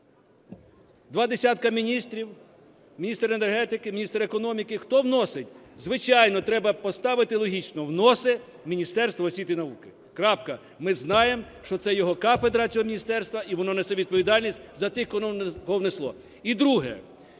Два десятки міністрів, міністр енергетики, міністр економіки – хто вносить? Звичайно, треба поставити логічно: вносить Міністерство освіти і науки. Крапка. Ми знаємо, що це його кафедра, цього міністерства, і воно несе відповідальність за тих, кого внесло. І друге.